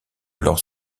alors